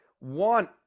want